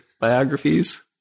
biographies